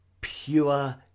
pure